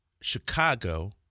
Chicago